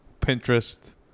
Pinterest